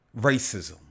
racism